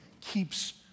keeps